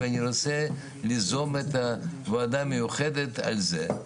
ואני רוצה ליזום ועדה מיוחדת על זה.